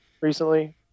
recently